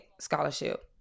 scholarship